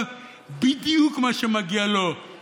התש"ף 2019,